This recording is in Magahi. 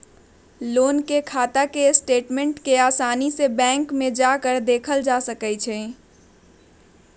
लोन के खाता के स्टेटमेन्ट के आसानी से बैंक में जाकर देखल जा सका हई